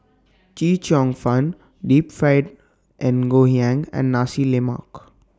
Chee Cheong Fun Deep Fried Ngoh Hiang and Nasi Lemak